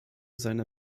seiner